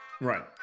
Right